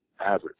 average